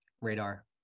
radar